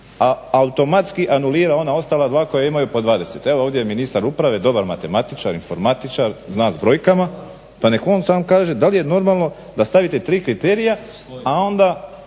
automatski anulira ona ostala dva koja imaju po 20. Evo ovdje je ministar uprave dobar matematičar, informatičar, zna s brojkama pa nek' on sam kaže da li je normalno da stavite tri kriterija a onda